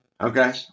Okay